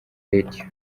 radio